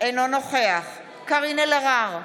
אינו נוכח קארין אלהרר,